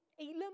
Elam